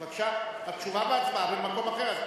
התשובה וההצבעה במועד אחר.